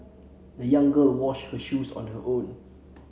the young girl washed her shoes on her own